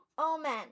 Amen